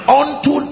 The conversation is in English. unto